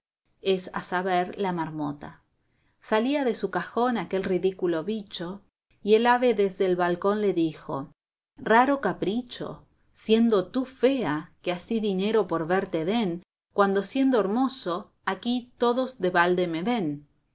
es a saber la marmota salía de su cajón aquel ridículo bicho y el ave desde el balcón le dijo raro capricho siendo tú fea que así dinero por verte den cuando siendo hermoso aquí todos de balde me ven